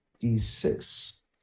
D6